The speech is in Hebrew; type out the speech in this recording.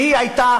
שהייתה